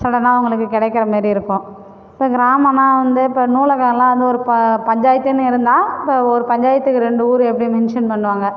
சடனாக அவங்களுக்கு கிடைக்கற மாரி இருக்கும் இப்போ கிராமம்னா வந்து இப்போ நூலகம்லாம் வந்து ஒரு பஞ்சாயத்துனு இருந்தால் இப்போ ஒரு பஞ்சாயத்துக்கு ரெண்டு ஊர் எப்படி மென்ஷன் பண்ணுவாங்க